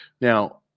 Now